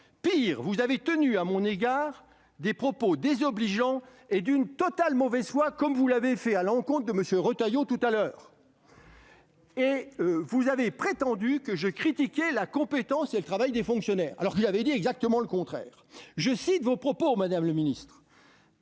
Pis, vous avez tenu à mon égard des propos désobligeants et d'une totale mauvaise foi, comme vous l'avez fait à l'encontre de M. Retailleau tout à l'heure ! Pauvre victime ... Vous avez prétendu que je critiquais la compétence et le travail des fonctionnaires, alors que j'avais dit exactement le contraire. Je cite vos propos, madame la ministre